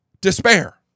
despair